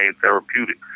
therapeutic